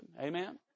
Amen